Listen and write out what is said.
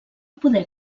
poder